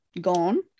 gone